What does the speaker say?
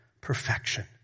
perfection